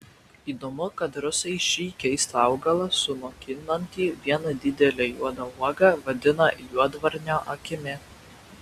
įdomu kad rusai šį keistą augalą sunokinantį vieną didelę juodą uogą vadina juodvarnio akimi